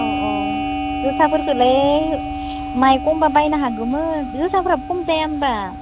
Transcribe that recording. अ अ जोसाफोरखौलाय माइ कम बा बायनो हागौमोन जोसाफोरा कम जाया होनबा